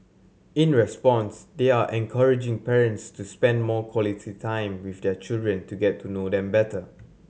in response they are encouraging parents to spend more quality time with their children to get to know them better